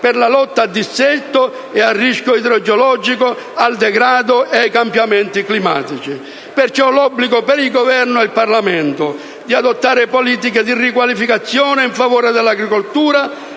per la lotta al dissesto ed al rischio idrogeologico, al degrado ed ai cambiamenti climatici. Vi è perciò l'obbligo per il Governo ed il Parlamento di adottare politiche di riqualificazione in favore dell'agricoltura